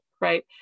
right